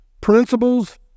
Principles